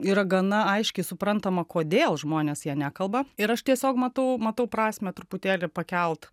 yra gana aiškiai suprantama kodėl žmonės ja nekalba ir aš tiesiog matau matau prasmę truputėlį pakelt